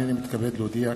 הנני מתכבד להודיע,